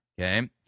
Okay